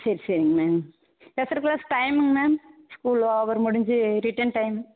சரி சரிங்க ma'am special class timing ma'am school hour முடிஞ்சி ரிட்டர்ன் டைம்